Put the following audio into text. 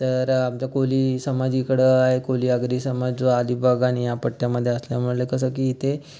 तर आमचा कोळी समाज इकडं आहे कोळी आगरी समाज जो अलिबाग आणि या पट्ट्यामध्ये असल्यामुळे कसं की इथे